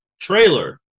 trailer